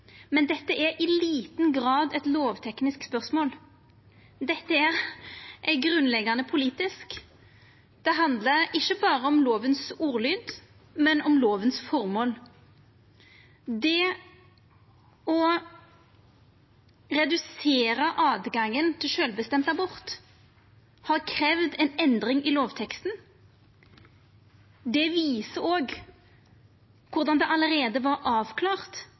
Men dette er i liten grad eit lovteknisk spørsmål. Dette er grunnleggjande politisk. Det handlar ikkje berre om ordlyden i lova, men om formålet med lova. Det å redusera retten til sjølvbestemd abort har kravd ei endring i lovteksten. Det viser òg korleis det allereie var avklart